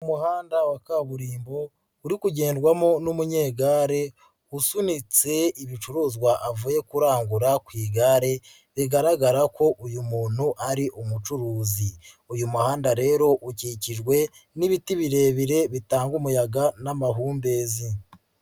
Umuhanda wa kaburimbo uri kugendwamo n'umunyegare usunitse ibicuruzwa avuye kurangura ku igare bigaragara ko uyu muntu ari umucuruzi, uyu muhanda rero ukikijwe n'ibiti birebire bitanga umuyaga n'amahumbezi.